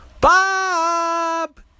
Bob